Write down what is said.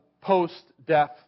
post-death